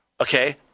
Okay